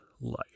life